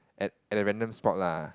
at at a random spot lah